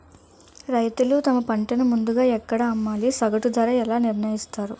రైతులు తమ పంటను ముందుగా ఎక్కడ అమ్మాలి? సగటు ధర ఎలా నిర్ణయిస్తారు?